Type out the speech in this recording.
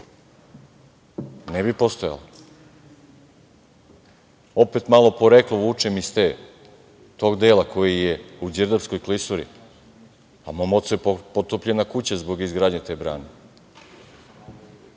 Ne bi postojala. Opet, malo poreklo vučem iz tog dela koji je u Đerdapskoj klisuri. Mom ocu je potopljena kuća zbog izgradnje te brane.